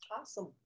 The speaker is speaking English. Awesome